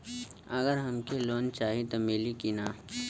अगर हमके लोन चाही त मिली की ना?